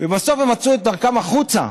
ובסוף הם מצאו את דרכם החוצה